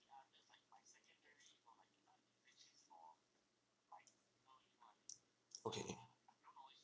okay